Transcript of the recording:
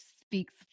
speaks